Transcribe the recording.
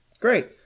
Great